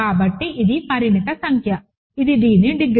కాబట్టి ఇది పరిమిత సంఖ్య ఇది దీని డిగ్రీ